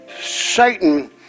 Satan